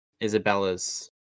Isabella's